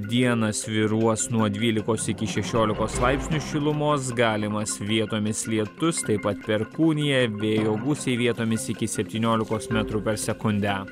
dieną svyruos nuo dvylikos iki šešiolikos laipsnių šilumos galimas vietomis lietus taip pat perkūnija vėjo gūsiai vietomis iki septyniolikos metrų per sekundę